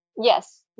yes